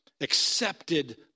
accepted